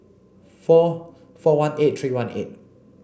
four four one eight three one eight